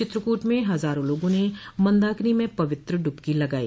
चित्रकूट में हजारों लोगो न मंदाकिनी मे ंपवित्र डुबकी लगाई